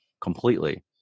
completely